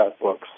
books